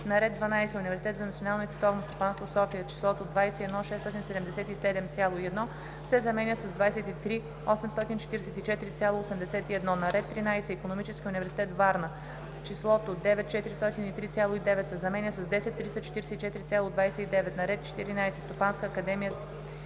на ред 12. Университет за национално и световно стопанство – София, числото „21 677,1“ се заменя с „23 844,81“. - на ред 13. Икономически университет – Варна, числото „9 403, 9“ се заменя с „10 344,29“. - на ред 14. Стопанска академия